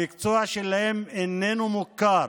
המקצוע שלהם איננו מוכר